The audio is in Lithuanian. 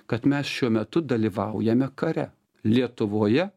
kad mes šiuo metu dalyvaujame kare lietuvoje